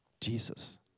Jesus